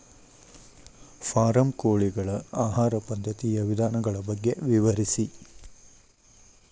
form ಕೋಳಿಗಳ ಆಹಾರ ಪದ್ಧತಿಯ ವಿಧಾನಗಳ ಬಗ್ಗೆ ವಿವರಿಸಿ